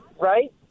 Right